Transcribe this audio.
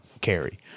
carry